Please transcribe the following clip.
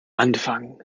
anfang